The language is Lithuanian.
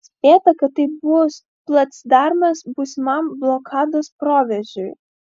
spėta kad tai bus placdarmas būsimam blokados proveržiui